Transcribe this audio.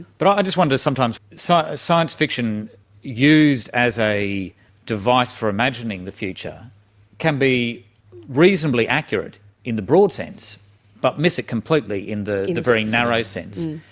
but i just wonder sometimes, science fiction used as a device for imagining the future can be reasonably accurate in the broad sense but miss it completely in the the very narrow sense.